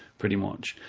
pretty much.